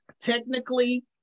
technically